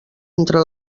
entre